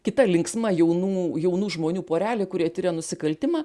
kita linksma jaunų jaunų žmonių porelė kurie tiria nusikaltimą